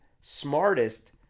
smartest